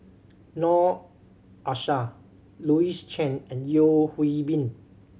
Noor Aishah Louis Chen and Yeo Hwee Bin